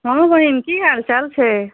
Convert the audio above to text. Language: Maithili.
हँ बहिन की हालचाल छै